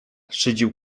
szydził